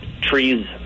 trees